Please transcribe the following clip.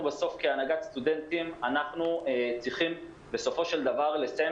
אנחנו כהנהגת סטודנטים צריכים בסופו של דבר לסיים